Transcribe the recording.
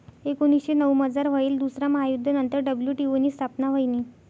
एकोनीसशे नऊमझार व्हयेल दुसरा महायुध्द नंतर डब्ल्यू.टी.ओ नी स्थापना व्हयनी